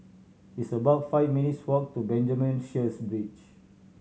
it's about five minutes' walk to Benjamin Sheares Bridge